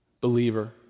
Believer